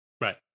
Right